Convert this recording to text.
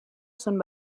són